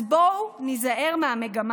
אז בואו ניזהר מהמגמה.